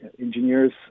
engineers